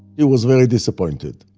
he was very disappointed.